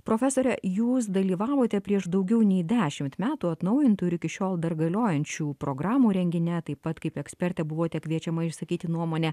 profesore jūs dalyvavote prieš daugiau nei dešimt metų atnaujintų ir iki šiol dar galiojančių programų rengine taip pat kaip ekspertė buvote kviečiama išsakyti nuomonę